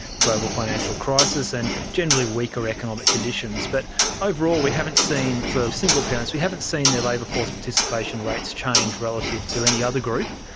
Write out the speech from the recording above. the global financial crisis, and generally weaker economic conditions. but overall, we haven't seen, for single parents, we haven't seen their labour force participation rates change relative to any other group.